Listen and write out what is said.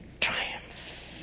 triumph